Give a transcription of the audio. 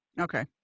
Okay